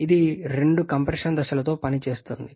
ఇది రెండు కంప్రెషన్ దశలతో పనిచేస్తోంది